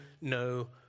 no